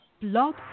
Blog